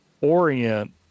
orient